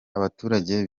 abaturage